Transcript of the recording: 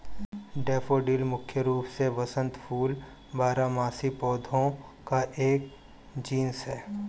daffodil मुख्य रूप से वसंत फूल बारहमासी पौधों का एक जीनस है